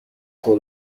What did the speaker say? هول